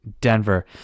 Denver